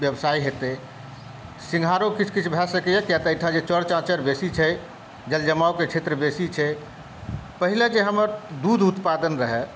व्यवसाय हेतै सिंघारो किछु किछु भए सकैया किया तऽ एहिठाम जे चौर चाचर बेसी छै जलजमाबक क्षेत्र बेसी छै पहिले जे हमर दूध उत्पादन रहय